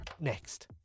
Next